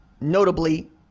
notably